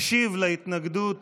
משיב על ההתנגדות